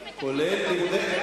כולל לימודי,